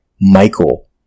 Michael